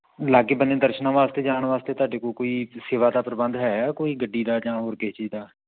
ਲਾਗੇ ਬੰਨੇ ਦਰਸ਼ਨਾਂ ਵਾਸਤੇ ਜਾਣ ਵਾਸਤੇ ਤੁਹਾਡੇ ਕੋਲ ਕੋਈ ਸੇਵਾ ਦਾ ਪ੍ਰਬੰਧ ਹੈ ਕੋਈ ਗੱਡੀ ਦਾ ਜਾਂ ਹੋਰ ਕਿਸੇ ਚੀਜ਼ ਦਾ